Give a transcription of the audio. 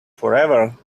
forever